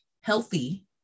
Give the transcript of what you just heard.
healthy